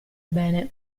bene